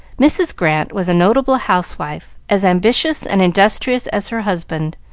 mrs. grant was a notable housewife, as ambitious and industrious as her husband,